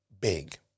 big